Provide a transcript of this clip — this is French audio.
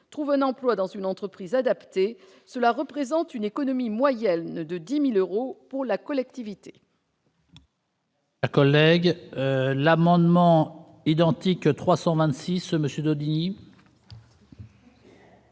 trouve un emploi dans une entreprise adaptée, cela représente une économie moyenne de 10 000 euros pour la collectivité.